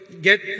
get